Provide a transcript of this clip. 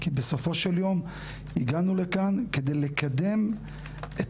כי בסופו של יום הגענו לכאן כדי לקדם את